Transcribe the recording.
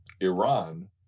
Iran